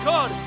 God